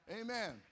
Amen